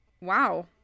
wow